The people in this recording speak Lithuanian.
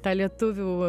tą lietuvių